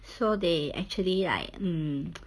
so they actually like mm